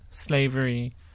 slavery